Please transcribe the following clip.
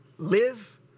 Live